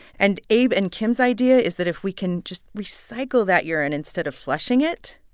and abe and kim's idea is that if we can just recycle that urine instead of flushing it,